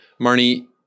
Marnie